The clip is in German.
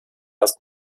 erst